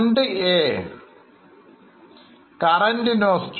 2a current investments